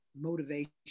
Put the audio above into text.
motivation